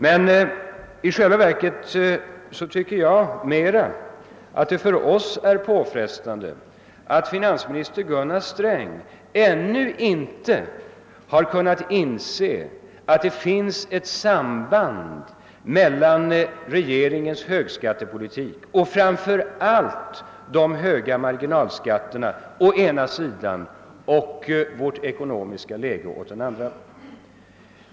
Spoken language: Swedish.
Men jag tycker det är mera påfrestande för oss att finansminister Gunnar Sträng ännu inte har kunnat inse att det finns ett samband mellan regeringens högskattepolitik — framför allt de höga marginalskatterna — å ena sidan samt vårt ekonomiska läge å den andra.